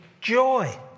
joy